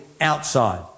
outside